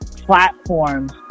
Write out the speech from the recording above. platforms